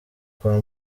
kwa